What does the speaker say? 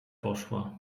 poszła